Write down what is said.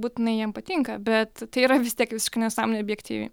būtinai jiems patinka bet tai yra vis tiek visiška nesąmonė objektyvi